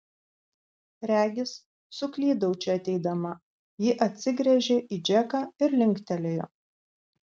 regis suklydau čia ateidama ji atsigręžė į džeką ir linktelėjo